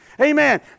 Amen